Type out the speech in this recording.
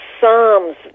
Psalms